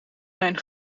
zijn